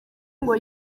ngo